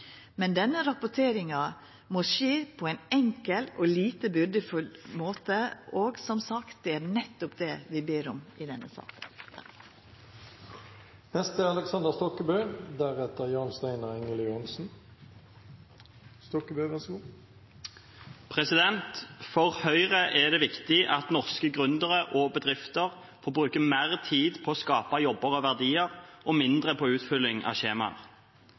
men denne rapporteringa må skje på ein enkel og lite byrdefull måte. Som sagt er det nettopp det vi ber om i denne saka. For Høyre er det viktig at norske gründere og bedrifter får bruke mer tid på å skape jobber og verdier, og mindre på utfylling av skjemaer.